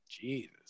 Jesus